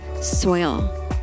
soil